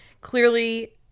Clearly